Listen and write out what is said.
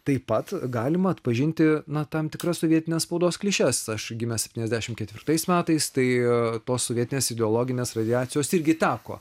taip pat galima atpažinti na tam tikras sovietinės spaudos klišes aš gimęs septyniasdešimt ketvirtais metais tai tos sovietinės ideologinės radiacijos irgi teko